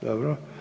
Dobro.